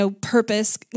purpose